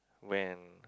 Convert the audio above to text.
when